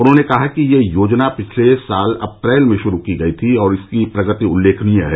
उन्होंने कहा कि यह योजना पिछले साल अप्रैल में शुरू की गयी थी और इसकी प्रगति उल्लेखनीय है